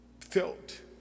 felt